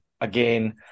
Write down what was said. again